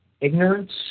ignorance